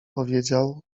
powiedział